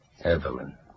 Evelyn